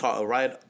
right